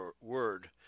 word